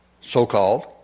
so-called